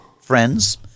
friends